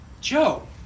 Joe